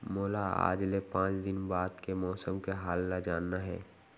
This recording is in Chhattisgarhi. मोला आज ले पाँच दिन बाद के मौसम के हाल ल जानना हे?